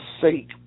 sake